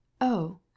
Oh